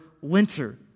winter